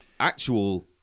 actual